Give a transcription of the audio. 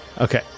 Okay